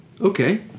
okay